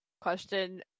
question